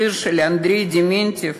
שיר של אנדריי דמנטייב,